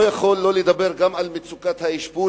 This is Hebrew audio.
לא יכול שלא לדבר גם על מצוקת האשפוז.